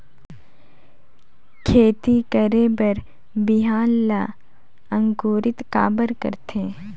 खेती करे बर बिहान ला अंकुरित काबर करथे?